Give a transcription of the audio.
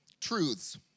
truths